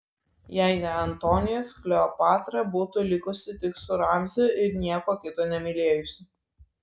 jei ne antonijus kleopatra būtų likusi tik su ramziu ir nieko kito nemylėjusi